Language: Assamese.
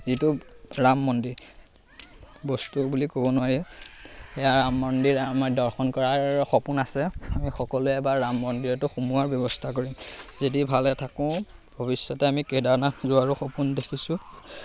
যিটো ৰাম মন্দিৰ বস্তু বুলি ক'ব নোৱাৰি এয়া ৰাম মন্দিৰ আমাৰ দৰ্শন কৰাৰ সপোন আছে আমি সকলোৱে এবাৰ ৰাম মন্দিৰতো সোমোৱাৰ ব্যৱস্থা কৰিম যদি ভালে থাকোঁ ভৱিষ্যতে আমি কেদাৰনাথ যোৱাৰো সপোন দেখিছোঁ